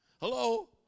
Hello